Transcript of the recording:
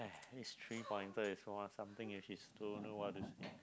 this three pointer is one of something which is don't know what is